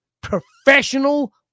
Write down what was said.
Professional